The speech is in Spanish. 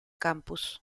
campus